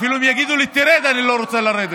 אפילו אם יגידו לי "תרד", אני לא רוצה לרדת.